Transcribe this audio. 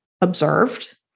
observed